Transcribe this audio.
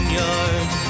yard